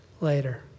later